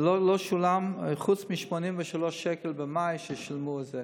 ולא שולם חוץ מ-83 במאי, במאי, ששילמו את זה.